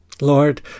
Lord